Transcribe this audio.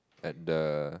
at the